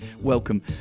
Welcome